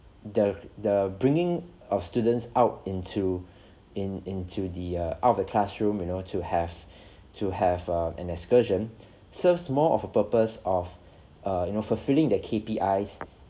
the the bringing of students out into in into the err out of the classroom you know to have to have a an excursion serves more of a purpose of err you know fulfilling the K_P_Is